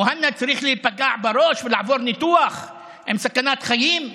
מוהאנא צריך להיפגע בראש ולעבור ניתוח עם סכנת חיים?